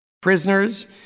prisoners